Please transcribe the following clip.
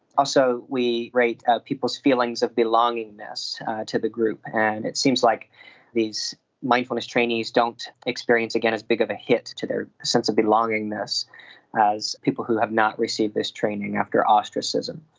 also we rate people's feelings of belongingness to the group, and it seems like these mindfulness trainees don't experience, again, as big of a hit to their sense of belongingness as people who have not received this training after ostracism.